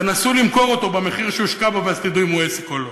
תנסו למכור אותו במחיר שהושקע בו ואז תדעו אם הוא עסק או לא.